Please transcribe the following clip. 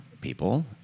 people